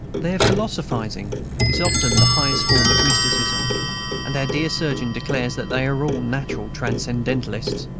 their philosophizing is often the highest form of mysticism and our dear surgeon declares that they are all natural transcendentalists.